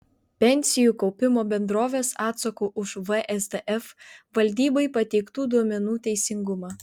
pensijų kaupimo bendrovės atsako už vsdf valdybai pateiktų duomenų teisingumą